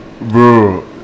bro